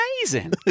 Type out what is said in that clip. amazing